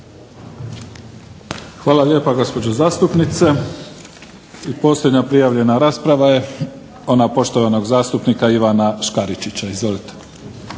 Hvala lijepa gospođo zastupnice. Posljednja prijavljena rasprava je ona poštovanog zastupnika Ivana Škaričića. Izvolite.